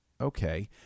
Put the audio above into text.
okay